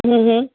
હમ્મ હમ્મ